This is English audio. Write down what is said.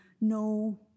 no